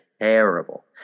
terrible